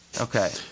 Okay